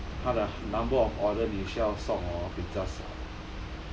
cause like 他的 number of order 你需要送哦比较少